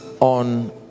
on